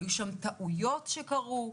היו שם טעויות שקרו,